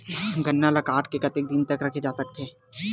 गन्ना ल काट के कतेक दिन तक रखे जा सकथे?